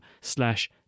slash